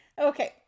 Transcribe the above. Okay